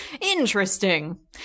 interesting